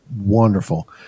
wonderful